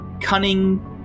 cunning